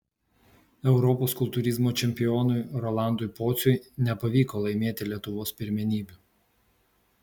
europos kultūrizmo čempionui rolandui pociui nepavyko laimėti lietuvos pirmenybių